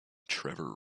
trevor